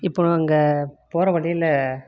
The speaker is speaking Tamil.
இப்போது அங்கே போகிற வழியில